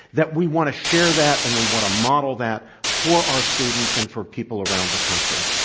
that we want to share that, and we want to model that for our students and for people around the country.